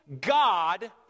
God